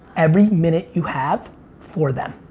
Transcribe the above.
every minute you have for them.